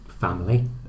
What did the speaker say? family